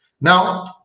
Now